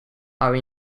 are